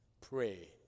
pray